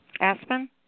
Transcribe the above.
Aspen